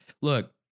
Look